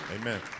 Amen